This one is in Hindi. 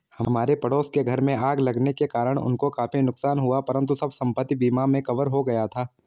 हमारे पड़ोस के घर में आग लगने के कारण उनको काफी नुकसान हुआ परंतु सब संपत्ति बीमा में कवर हो गया था